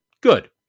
good